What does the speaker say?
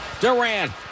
Durant